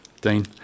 Dean